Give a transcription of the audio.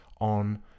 on